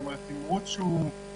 כלומר תמרוץ שהוא חלקי,